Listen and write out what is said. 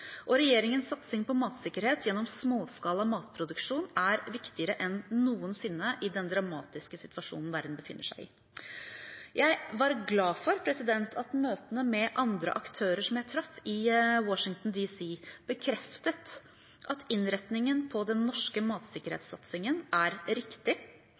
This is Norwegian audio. og regjeringens satsing på matsikkerhet gjennom småskala matproduksjon er viktigere enn noensinne i den dramatiske situasjonen verden befinner seg i. Jeg var glad for at møtene med andre aktører som jeg traff i Washington D.C., bekreftet at innretningen på den norske matsikkerhetssatsingen er riktig.